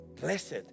Blessed